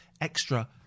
extra